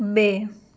બે